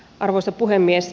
arvoisa puhemies